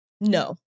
No